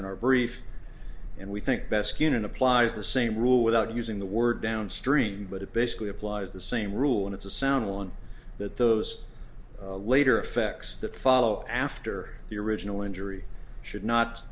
in our brief and we think best in applies the same rule without using the word downstream but it basically applies the same rule and it's a sound one that those later effects that follow after the original injury should not